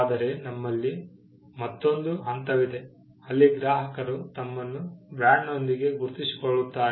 ಆದರೆ ನಮ್ಮಲ್ಲಿ ಮತ್ತೊಂದು ಹಂತವಿದೆ ಅಲ್ಲಿ ಗ್ರಾಹಕರು ತಮ್ಮನ್ನು ಬ್ರಾಂಡ್ನೊಂದಿಗೆ ಗುರುತಿಸಿಕೊಳ್ಳುತ್ತಾರೆ